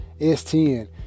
s10